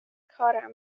کارم